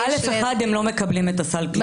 ב-א'1 הם לא מקבלים את סל הקליטה.